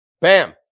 Bam